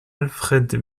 alfred